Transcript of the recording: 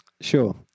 sure